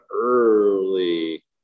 early